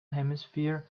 hemisphere